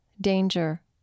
danger